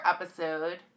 episode